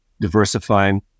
diversifying